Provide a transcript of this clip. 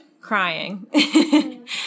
crying